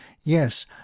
Yes